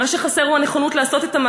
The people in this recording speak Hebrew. מה שחסר הוא הנכונות לקום ולומר: אחינו אתם.